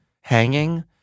hanging